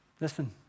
Listen